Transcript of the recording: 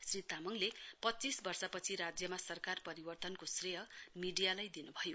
श्री तामङले पच्चीस वर्षपछि राज्यमा सरकार परिवर्तनको श्रेय मीडियालाई दिन्भयो